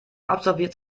absolviert